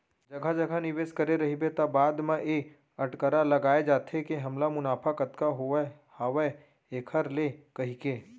जघा जघा निवेस करे रहिबे त बाद म ए अटकरा लगाय जाथे के हमला मुनाफा कतका होवत हावय ऐखर ले कहिके